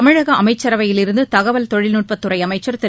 தமிழக அமைச்சரவையிலிருந்து தகவல் தொழில்நுட்பத் துறை அமைச்சர் திரு